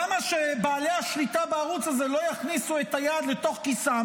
למה שבעלי השליטה בערוץ הזה לא יכניסו את היד לתוך כיסם